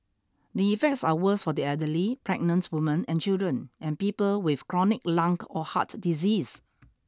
the effects are worse for the elderly pregnant women and children and people with chronic lung or heart disease